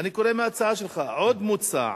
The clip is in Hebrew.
אני קורא מההצעה שלך: "עוד מוצע